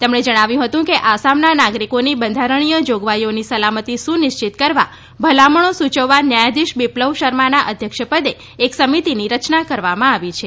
તેમણે જણાવ્યું હતું કે આસામના નાગરિકોની બંધારણીય જોગવાઈઓની સલામતી સુનિશ્ચિત કરવા ભલામણો સૂચવવા ન્યાયાધીશ બિપ્લવ શર્માના અધ્યક્ષપદે એક સમિતીની રચના કરવામાં આવી છે